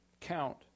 count